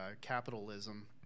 capitalism